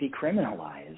decriminalized